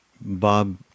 Bob